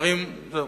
זהו.